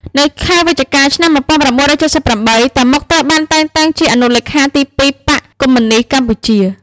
នៅខែវិច្ឆិកា ឆ្នាំ១៩៧៨ តាម៉ុក ត្រូវ បានតែងតាំងជាអនុលេខាទីពីរបក្សកុម្មុយនីស្ត កម្ពុជា ។